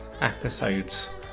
episodes